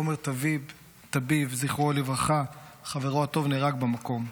עומר טביב, זכרו לברכה, חברו הטוב נהרג במקום.